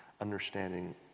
understanding